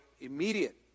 immediate